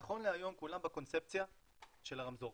נכון להיום כולם בקונספציה של הרמזור.